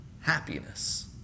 happiness